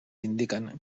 indiquen